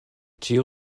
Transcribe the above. ĉiu